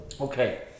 Okay